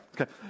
Okay